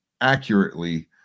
accurately